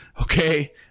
okay